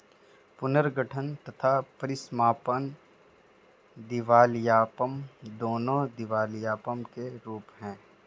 पुनर्गठन तथा परीसमापन दिवालियापन, दोनों दिवालियापन के रूप हैं